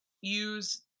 use